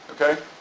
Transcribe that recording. Okay